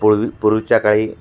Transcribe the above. पूळवी पुर्वीच्या काळी